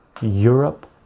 Europe